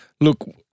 Look